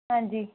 ਹਾਂਜੀ